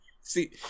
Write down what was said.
See